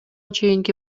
чейинки